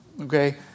okay